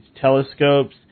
telescopes